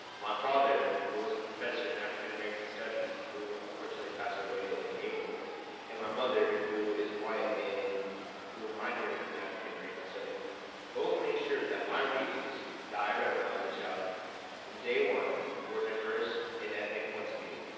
my father who is a professor in african-american studies who unfortunately passed away in april and my mother who is white and who minored in african-american studies both made sure that my readings that i read when i was a child from day one were diverse in ethnic points of view.